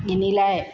इनकी लाइ